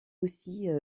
aussi